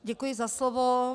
Děkuji za slovo.